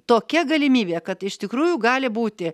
tokia galimybė kad iš tikrųjų gali būti